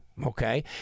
Okay